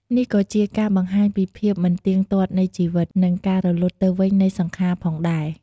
នេះក៏ជាការបង្ហាញពីភាពមិនទៀងទាត់នៃជីវិត និងការរលត់ទៅវិញនៃសង្ខារផងដែរ។